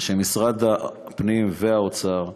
משרד הפנים, והאוצר,